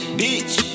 bitch